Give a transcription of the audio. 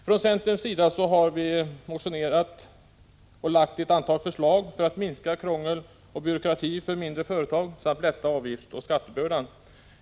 Från centerns sida har vi motionerat och lagt fram ett antal förslag för att minska krångel och byråkrati för mindre företag samt för att lätta avgiftsoch skattebördan.